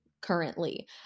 currently